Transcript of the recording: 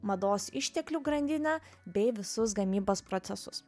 mados išteklių grandinę bei visus gamybos procesus